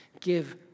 Give